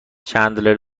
چندلر